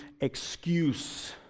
excuse